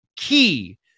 Key